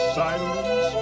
silence